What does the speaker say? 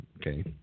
okay